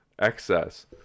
excess